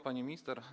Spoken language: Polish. Pani Minister!